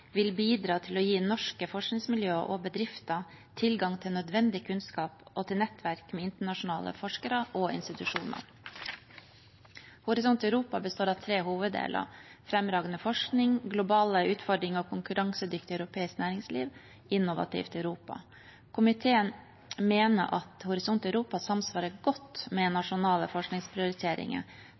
vil bidra til å gi norske forskningsmiljøer og bedrifter tilgang til nødvendig kunnskap og nettverk med internasjonale forskere og institusjoner. Horisont Europa består av tre hoveddeler: fremragende forskning, globale utfordringer og konkurransedyktig europeisk næringsliv innovativt i Europa. Komiteen mener at Horisont Europa samsvarer godt med nasjonale forskningsprioriteringer,